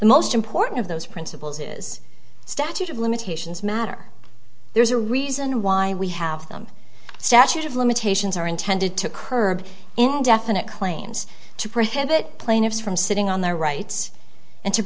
the most important of those principles is statute of limitations matter there's a reason why we have them statute of limitations are intended to curb indefinite claims to prohibit plaintiffs from sitting on their rights and to